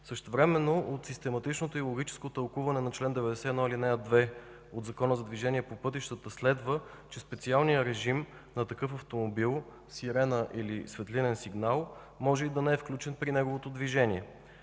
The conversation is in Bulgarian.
Същевременно от систематичното и логическо тълкуване на чл. 91, ал. 2 от Закона за движение по пътищата следва, че специалният режим на такъв автомобил – сирена или светлинен сигнал, може и да не е включен при неговото движение,